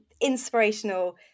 inspirational